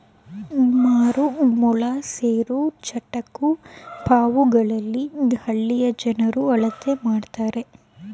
ಮಾರು, ಮೊಳ, ಸೇರು, ಚಟಾಕು ಪಾವುಗಳಲ್ಲಿ ಹಳ್ಳಿಯ ಜನರು ಅಳತೆ ಮಾಡ್ತರೆ